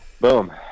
boom